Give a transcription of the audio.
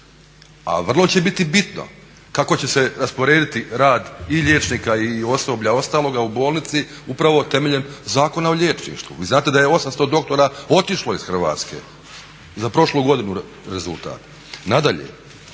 a vrlo će biti bitno kako će se rasporediti rad i liječnika i osoblja ostaloga u bolnici upravo temeljem Zakona o liječništvu. Vi znate da je 800 doktora otišlo iz Hrvatske, za prošlu godinu rezultat. Nadalje,